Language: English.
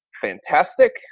fantastic